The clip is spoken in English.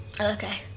Okay